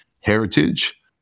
heritage